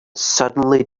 suddenly